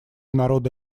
народа